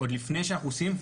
עוד לפני שאנחנו עושים.